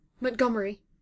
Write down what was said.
Montgomery